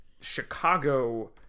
Chicago